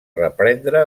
reprendre